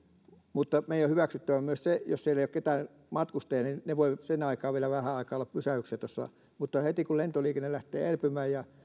mutta meidän on hyväksyttävä myös se että jos siellä ei ole ketään matkustajia niin ne voivat sen aikaa vielä vähän aikaa olla pysähdyksissä mutta heti kun lentoliikenne lähtee elpymään ja